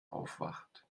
aufwacht